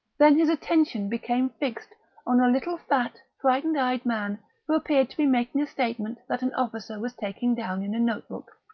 then his attention became fixed on a little fat frightened-eyed man who appeared to be making a statement that an officer was taking down in a notebook.